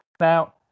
Now